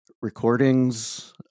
Recordings